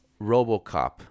RoboCop